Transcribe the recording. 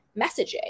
messaging